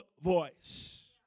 voice